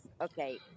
okay